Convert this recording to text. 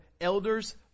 elders